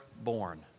born